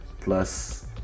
plus